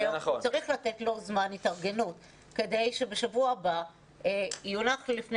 צריך לתת לו זמן התארגנות כדי שבשבוע הבא תונח לפני